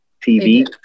TV